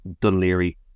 Dunleary